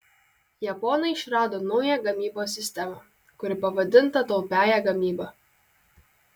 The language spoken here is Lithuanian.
japonai išrado naują gamybos sistemą kuri pavadinta taupiąja gamyba